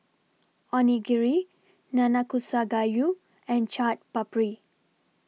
Onigiri Nanakusa Gayu and Chaat Papri